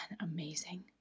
amazing